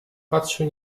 patrzył